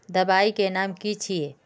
दबाई के नाम की छिए?